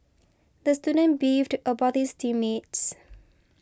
the student beefed about his team mates